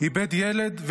הוא איבד ילד,